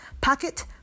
Pocket